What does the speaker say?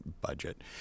budget